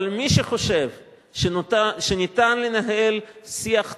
אבל מי שחושב שניתן לנהל שיח ציני,